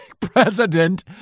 president